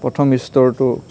প্ৰথম স্তৰটো